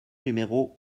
numéro